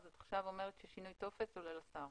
את עכשיו אומרת ששינוי טופס עולה לשר.